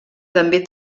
també